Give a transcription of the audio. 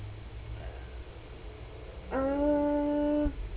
uh